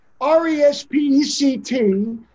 R-E-S-P-E-C-T